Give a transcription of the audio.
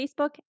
Facebook